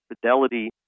fidelity